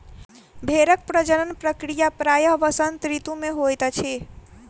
भेड़क प्रजनन प्रक्रिया प्रायः वसंत ऋतू मे होइत अछि